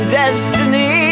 destiny